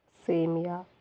సేమియా